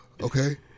Okay